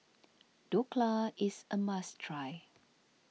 Dhokla is a must try